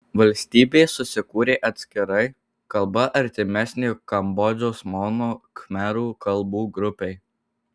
valstybė susikūrė atskirai kalba artimesnė kambodžos mono khmerų kalbų grupei